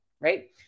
right